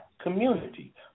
community